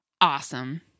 Awesome